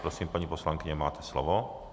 Prosím, paní poslankyně, máte slovo.